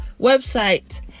website